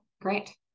great